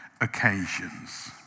occasions